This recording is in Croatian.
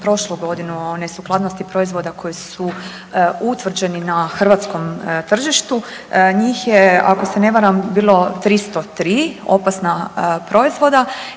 prošlu godinu o nesukladnosti proizvoda koji su utvrđeni na Hrvatskom tržištu, njih je ako se ne varam bilo 303 opasna proizvoda